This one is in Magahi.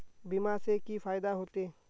बीमा से की फायदा होते?